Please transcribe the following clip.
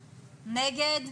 נגד?